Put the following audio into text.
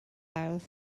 awyr